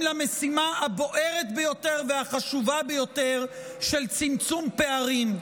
למשימה הבוערת ביותר והחשובה ביותר של צמצום פערים?